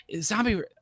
Zombie